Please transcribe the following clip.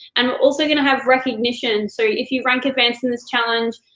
and we're also gonna have recognition, so if you rank advance in this challenge,